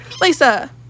Lisa